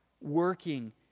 working